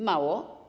Mało?